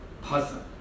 puzzle